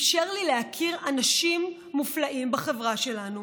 אפשר לי להכיר אנשים מופלאים בחברה שלנו,